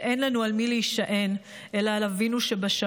אין לנו על מי להישען אלא על אבינו שבשמיים,